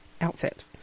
outfit